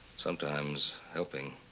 sometimes helping